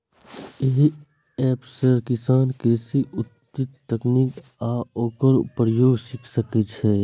एहि एप सं किसान कृषिक उन्नत तकनीक आ ओकर प्रयोग सीख सकै छै